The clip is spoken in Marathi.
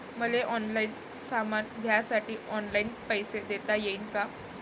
मले ऑनलाईन सामान घ्यासाठी ऑनलाईन पैसे देता येईन का?